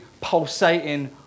pulsating